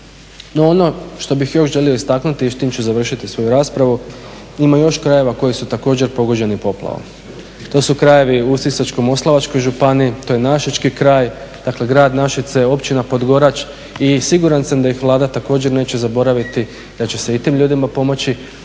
No ono što bih još želio istaknuti i s tim ću završiti svoju raspravu, ima još krajeva koji su također pogođeni poplavom. To su krajevi u Sisačko-moslavačkoj županiji, to je Našički kraj, dakle grad Našice, Općina Podgorač i siguran sam da ih Vlada također neće zaboraviti, da će se i tim ljudima pomoći,